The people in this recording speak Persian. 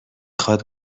خواد